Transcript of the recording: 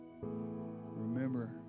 Remember